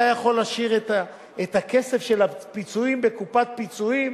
היה יכול להשאיר את הכסף של הפיצויים בקופת פיצויים,